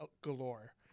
galore